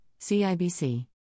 CIBC